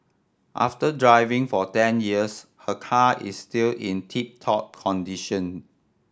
after driving for ten years her car is still in tip top condition